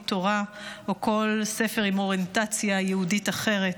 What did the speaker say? תורה או כל ספר עם אוריינטציה יהודית אחרת.